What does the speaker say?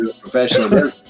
Professional